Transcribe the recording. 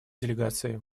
делегации